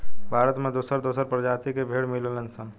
भारत में दोसर दोसर प्रजाति के भेड़ मिलेलन सन